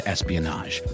Espionage